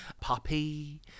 Puppy